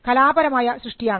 കാരണം കലാപരമായ സൃഷ്ടിയാണ്